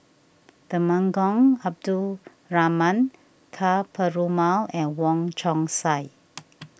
Temenggong Abdul Rahman Ka Perumal and Wong Chong Sai